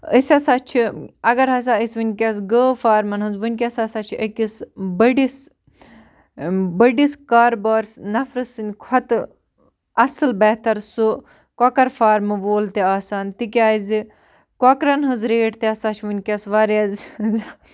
أسۍ ہَسا چھِ اگر ہَسا أسۍ وٕنۍکٮ۪س گٲو فارمَن ہٕنٛز وٕنۍکٮ۪س ہَسا چھِ أکِس بٔڑِس بٔڑِس کاربار نَفرٕ سٕنٛدِ کھۄتہٕ اَصٕل بہتر سُہ کۄکَر فارمہٕ وول تہِ آسان تِکیٛازِ کۄکرَن ہٕنٛز ریٹ تہِ ہَسا چھِ وٕنۍکٮ۪س واریاہ